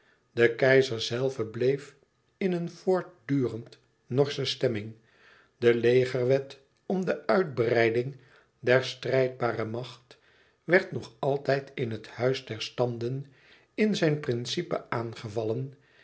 de keizer zelve bleef in een voortdurend norsche stemming de legerwet om de uitbreiding der strijdbare macht werd nog altijd in het huis der standen in zijn principe aangevallen